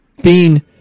Bean